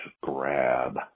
grab